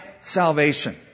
salvation